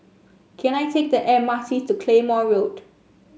can I take the M R T to Claymore Road